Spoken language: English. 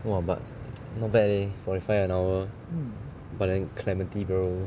!wah! but not bad leh forty five an hour but at clementi brother